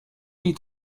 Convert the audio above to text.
jej